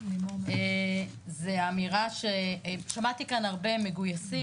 זו האמירה שמעתי הרבה מגויסים,